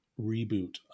reboot